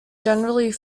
generally